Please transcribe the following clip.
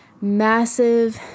massive